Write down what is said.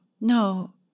No